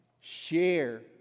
share